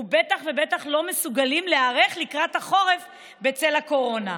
ובטח ובטח לא מסוגלים להיערך לקראת החורף בצל הקורונה.